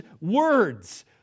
words